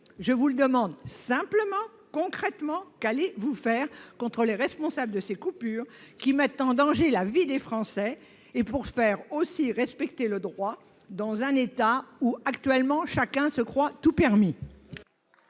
Je vous le demande simplement : que comptez-vous faire concrètement contre les responsables de ces coupures qui mettent en danger la vie des Français, et pour faire respecter le droit dans un État où, actuellement, chacun se croit tout permis